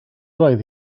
roedd